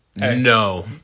no